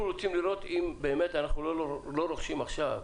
אנחנו רוצים לראות אם באמת אנחנו לא רוכשים עכשיו